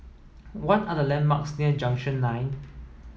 what are the landmarks near Junction nine